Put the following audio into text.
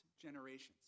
generations